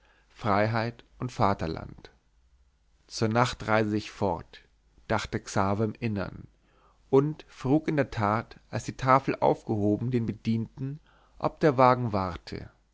freiheit und vaterland zur nacht reise ich fort dachte xaver im innern und frug in der tat als die tafel aufgehoben den bedienten ob der wagen warte